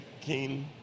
king